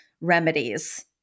remedies